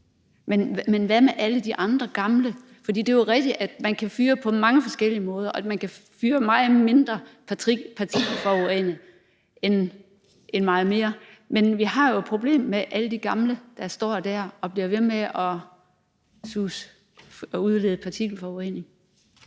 Men hvad med alle de andre gamle fyr? For det er jo rigtigt, at man kan fyre på mange forskellige måder, og at man kan fyre med meget mindre partikelforurening end med meget mere. Men vi har jo et problem med alle de gamle fyr, der står der og bliver ved med at udlede partikelforurening.